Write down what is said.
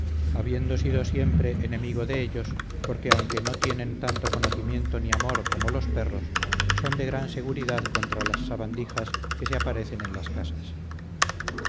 habiendo sido siempre enemigo que de ellos porque aunque no tienen tanto conocimiento ni amor como los perros son de gran seguridad contra las sabandijas que se aparecen en las casas